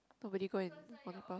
nobody go and photograph